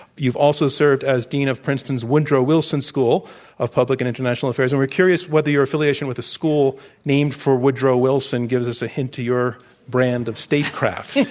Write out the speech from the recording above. you've also served as dean of princeton's woodrow wilson school of public and international affairs and we're curious whether your affiliation with the school named for woodrow wilson gives us a hint to your brand of state craft.